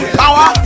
power